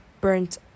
burnt